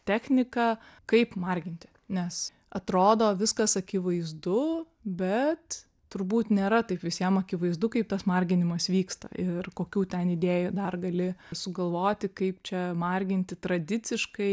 technika kaip marginti nes atrodo viskas akivaizdu bet turbūt nėra taip visiem akivaizdu kaip tas marginimas vyksta ir kokių ten idėjų dar gali sugalvoti kaip čia marginti tradiciškai